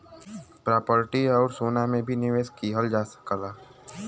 property आउर सोना में भी निवेश किहल जा सकला